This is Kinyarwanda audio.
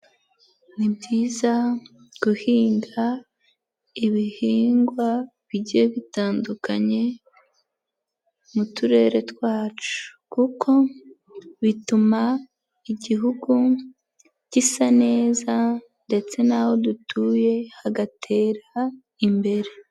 Ni byiza guhinga ibihingwa bigiye bitandukanye mu turere twacu, kuko bituma igihugu gisa neza ndetse n'aho dutuye hagatera imbere.